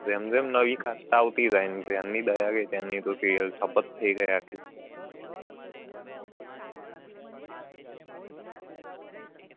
જેમ જેમ નવી કાસ્ટ આવતી જાય જ્યારની દયા ગઈ ત્યારની તો સિરિયલ ઠપ્પ જ થઈ ગઈ આખી